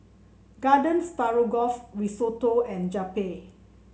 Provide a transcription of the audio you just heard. Garden Stroganoff Risotto and Japchae